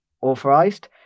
authorized